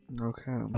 Okay